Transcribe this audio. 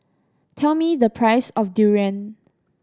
tell me the price of durian